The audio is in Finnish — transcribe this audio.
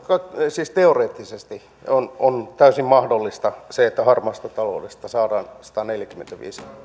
siis teoreettisesti on on täysin mahdollista se että harmaasta taloudesta saadaan sataneljäkymmentäviisi